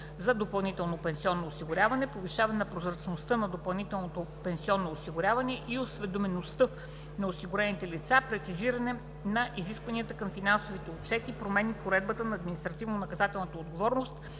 за допълнително пенсионно осигуряване, повишаване на прозрачността на допълнителното пенсионно осигуряване и на осведомеността на осигурените лица, прецизиране на изискванията към финансовите отчети, промени в уредбата на административно-наказателната отговорност